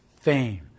fame